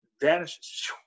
vanishes